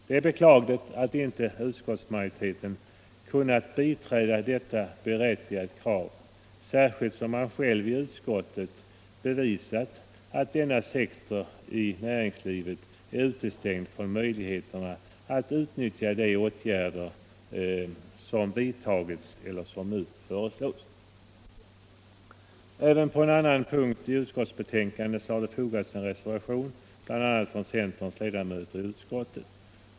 Det är beklagligt att inte utskottsmajoriteten kunnat biträda detta berättigade krav, särskilt som man själv i utskottet bevisat att denna sektor av näringslivet är utestängd från möjligheten att utnyttja de stimulansåtgärder som redan vidtagits eller nu föreslås. Även till en annan punkt i utskottsbetänkandet har det fogats en re servation bl.a. från centerns ledamöter i utskottet.